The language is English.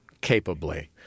capably